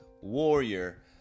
warrior